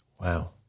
Wow